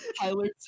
Tyler